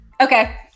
Okay